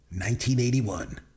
1981